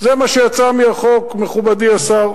זה מה שיצא מהחוק, מכובדי השר.